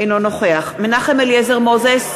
אינו נוכח מנחם אליעזר מוזס,